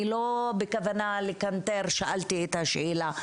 אני לא בכוונה לקנטר שאלתי את השאלה,